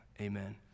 Amen